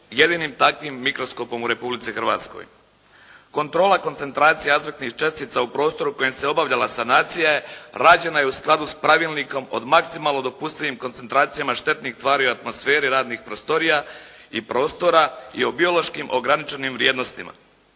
jedinim takvim mikroskopom u Republici Hrvatskoj. Kontrola koncentracije azbestnih čestica u prostoru kojem se obavljala sanacija, rađena je u skladu sa pravilnikom od maksimalno dopustivim koncentracijama štetnih tvari u atmosferi radnih prostorija i prostora i o biološkim ograničenim vrijednostima.